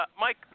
Mike